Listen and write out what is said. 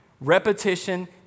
Repetition